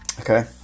okay